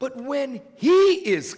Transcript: but when he is